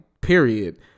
period